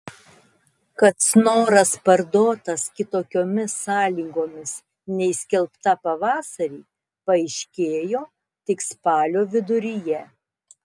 kad snoras parduotas kitokiomis sąlygomis nei skelbta pavasarį paaiškėjo tik spalio viduryje